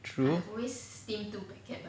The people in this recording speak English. true